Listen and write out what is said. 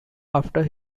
after